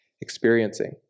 experiencing